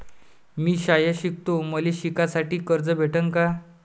मी शाळा शिकतो, मले शिकासाठी कर्ज भेटन का?